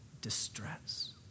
distress